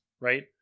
right